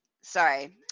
sorry